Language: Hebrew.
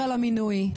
הוא לא מדבר על המינוי.